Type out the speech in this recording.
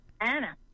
Anna